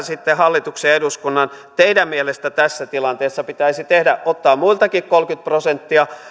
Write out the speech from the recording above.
sitten hallituksen ja eduskunnan teidän mielestänne tässä tilanteessa pitäisi tehdä ottaa muiltakin kolmekymmentä prosenttia